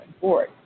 board